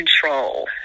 control